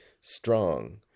strong